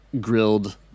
grilled